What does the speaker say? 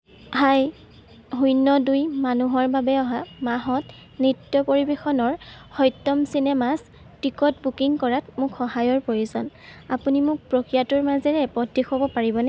হাই শূন্য দুই মানুহৰ বাবে অহা মাহত নৃত্য পৰিৱেশনৰ সত্যম চিনেমাছ টিকট বুকিং কৰাত মোক সহায়ৰ প্ৰয়োজন আপুনি মোক প্ৰক্ৰিয়াটোৰ মাজেৰে পথ দেখুৱাব পাৰিবনে